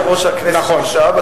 אתה יושב-ראש הכנסת עכשיו,